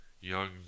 young